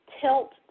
tilt